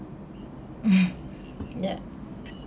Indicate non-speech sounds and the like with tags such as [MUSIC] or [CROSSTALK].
[NOISE] yup